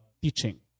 teaching